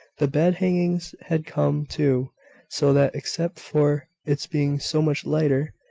the bed-hangings had come, too so that, except for its being so much lighter,